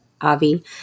Avi